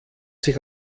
sich